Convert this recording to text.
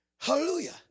Hallelujah